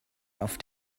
auf